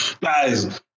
guys